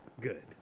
good